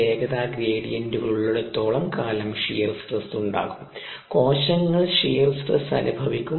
വേഗത ഗ്രേഡിയന്റു കളുള്ളിടത്തോളം കാലം ഷിയർ സ്ട്രെസ്സ് ഉണ്ടാകും കോശങ്ങൾ ഷിയർ സ്ട്രെസ്സ് അനുഭവിക്കും